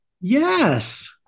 yes